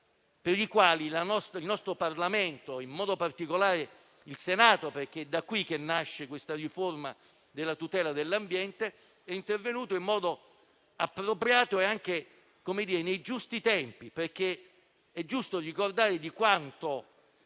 sui quali il nostro Parlamento e in modo particolare il Senato (perché è da qui che nasce questa riforma della tutela dell'ambiente) è intervenuto in modo appropriato e nei giusti tempi. È giusto ricordare come questo